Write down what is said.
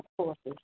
courses